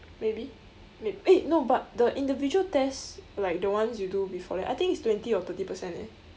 maybe may~ eh no but the individual test like the ones you do before that I think it's twenty or thirty percent eh